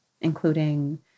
including